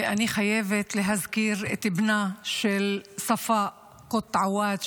ואני חייבת להזכיר את בנה של ספאא קוט עואד,